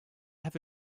have